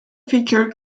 figure